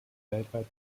weltweit